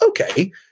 okay